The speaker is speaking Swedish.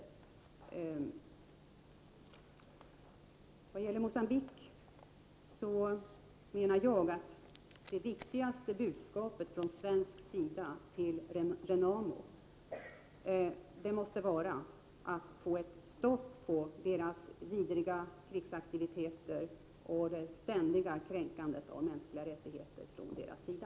I vad gäller Mogambique menar jag att det viktigaste budskapet från svensk sida till RENAMO måste vara att det måste bli stopp på dess vidriga krigsaktiviteter och det ständiga kränkandet av de mänskliga rättigheterna från dess sida.